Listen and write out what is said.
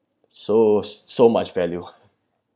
so so much value